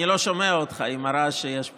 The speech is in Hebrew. אני לא שומע אותך עם הרעש שיש פה.